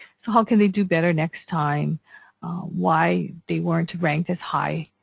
so how can they do better next time why they weren't ranked as high